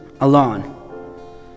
alone